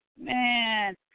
man